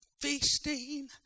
feasting